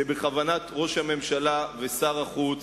שבכוונת ראש הממשלה ושר החוץ